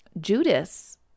judas